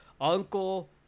Uncle